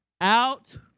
Out